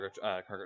cargo